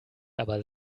aber